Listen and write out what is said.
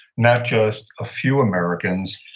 not just a few americans.